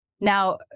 Now